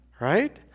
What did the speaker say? right